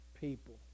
people